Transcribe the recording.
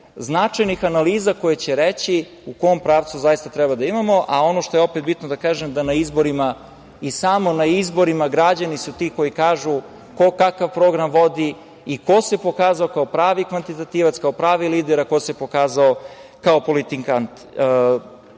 značajnih analiza koje će reći u kom pravcu zaista treba da idemo. Ono što je bitno da kažem, da na izborima i samo na izborima građani su ti koji kažu ko, kakav program vodi i ko se pokazao kao pravi kvantitativac, pravi lider, a ko se pokazao kao politikant. Zbog